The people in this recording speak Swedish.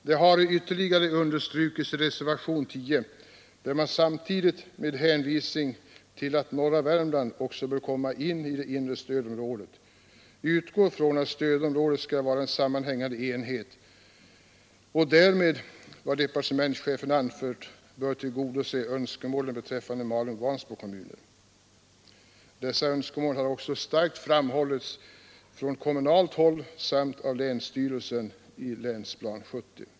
Det har ytterligare understrukits i reservationen 10, där man samtidigt med hänvisning till att också norra Värmland bör komma in i inre stödområdet utgår från att stödområdet skall vara en sammanhängande enhet. Med vad departementschefen har anfört torde detta tillgodose önskemålen beträffande Malungs och Vansbro kommuner. Dessa önske mål har starkt framhållits även från kommunalt håll samt av länsstyrelsen i Länsplan 70.